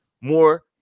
more